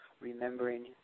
Remembering